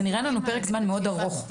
זה נראה לנו פרק זמן ארוך מאוד,